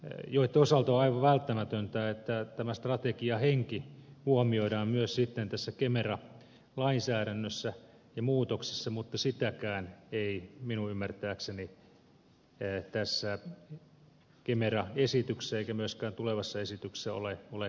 ja joi toisaalta vain välttämätöntä että tämä strategiahenki huomioidaan myös sitten tässä kemera lainsäädännössä ja näissä muutoksissa mutta sitäkään ei minun ymmärtääkseni tässä kemera esityksessä eikä myöskään tulevassa esityksessä ole huomioitu